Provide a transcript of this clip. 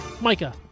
Micah